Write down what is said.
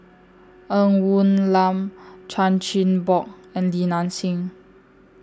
Ng Woon Lam Chan Chin Bock and Li Nanxing